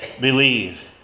believe